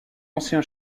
ancien